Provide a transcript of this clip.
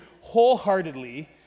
wholeheartedly